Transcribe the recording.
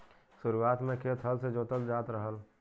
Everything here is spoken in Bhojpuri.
शुरुआत में खेत हल से जोतल जात रहल